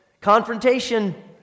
confrontation